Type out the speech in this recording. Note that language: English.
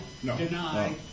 deny